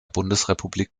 bundesrepublik